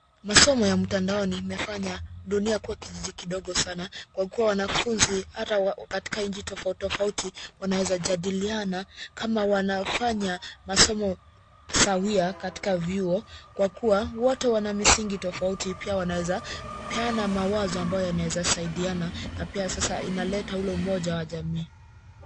Masomo ya mtandaoni imefanya dunia kuwa kijiji kidogo sana kwa kuwa wanafunzi hata katika nchi tofauti tofauti wanaweza jadiliana kama wanafanya masomo sahawia katika vyuo kwa kuwa wote wana misingi tofauti pia wanaweza peana mawanzo ambayo yanaeza saidiana na sasa pia inaleta ule moja ya wajamii.